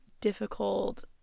difficult